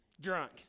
drunk